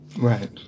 Right